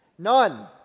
None